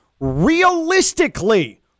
realistically